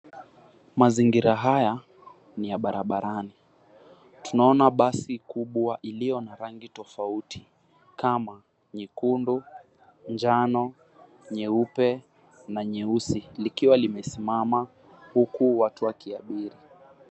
Mazingira haya niya barabarani, tunaona basi kubwa iliyo na rangi tofauti kama nyekundu, njano, nyeupe na nyeusi likiwa limesimama huku watu wakiabiri.